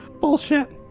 Bullshit